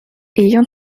ayant